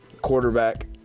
quarterback